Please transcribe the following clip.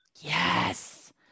Yes